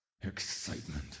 Excitement